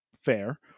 Fair